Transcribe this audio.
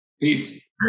Peace